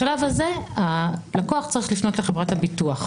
בשלב הזה הלקוח צריך לפנות לחברת הביטוח.